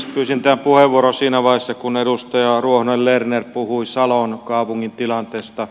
pyysin tämän puheenvuoron siinä vaiheessa kun edustaja ruohonen lerner puhui salon kaupungin tilanteesta